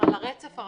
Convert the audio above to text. על הרצף הרחב,